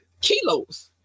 kilos